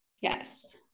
Yes